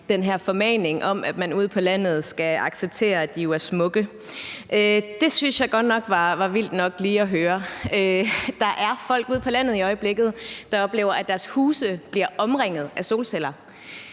den her formaning om, at man ude på landet skal acceptere, at de jo er smukke. Det synes jeg godt nok var vildt nok lige at høre. Der er folk ude på landet, der i øjeblikket oplever, at deres huse bliver omringet af solceller.